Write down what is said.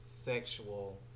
Sexual